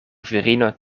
virino